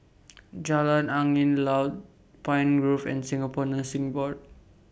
Jalan Angin Laut Pine Grove and Singapore Nursing Board